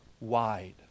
wide